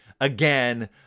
again